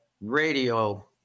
radio